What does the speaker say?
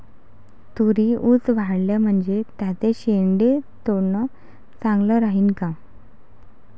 तुरी ऊंच वाढल्या म्हनजे त्याचे शेंडे तोडनं चांगलं राहीन का?